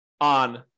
on